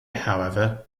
however